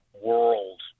world